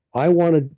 i wanted,